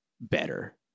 better